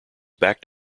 backed